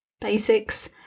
basics